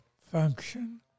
function